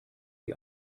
die